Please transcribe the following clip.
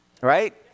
Right